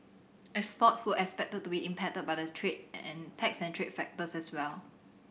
exports who expected to be impacted by the trade and tax trade factor as well